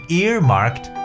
earmarked